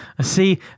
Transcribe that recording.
See